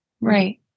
right